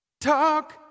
Talk